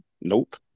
Nope